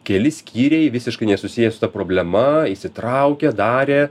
keli skyriai visiškai nesusiję su ta problema įsitraukė darė